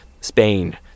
Spain